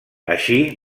així